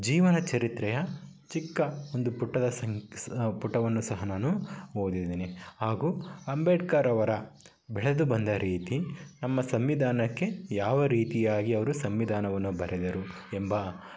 ಜೀವನ ಚರಿತ್ರೆಯ ಚಿಕ್ಕ ಒಂದು ಪುಟದ ಪುಟವನ್ನು ಸಹ ನಾನು ಓದಿದ್ದೀನಿ ಹಾಗೂ ಅಂಬೇಡ್ಕರ್ ಅವರ ಬೆಳೆದು ಬಂದ ರೀತಿ ನಮ್ಮ ಸಂವಿಧಾನಕ್ಕೆ ಯಾವ ರೀತಿಯಾಗಿ ಅವರು ಸಂವಿಧಾನವನ್ನು ಬರೆದರು ಎಂಬ